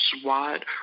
SWAT